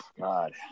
God